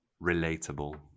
relatable